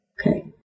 Okay